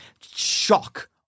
shock